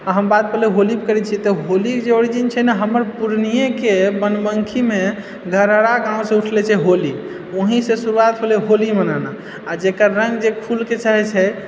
आ हम बात पहिले होली पर करैत छी तऽ होली जे ओरिजिन छै ने हमर पूर्णियेके बनपङ्खीमे धरारा गाँव से उठै छै ली ओहिसँ शुरुआत भेलै होली मनाना आ जेकर रङ्ग जे खुलि कऽ चढ़ै छै